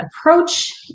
approach